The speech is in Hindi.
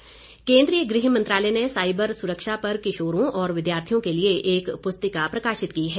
साइबर सुरक्षा केन्द्रीय गृह मंत्रालय ने साइबर सुरक्षा पर किशोरों और विद्यार्थियों के लिए एक पुस्तिका प्रकाशित की है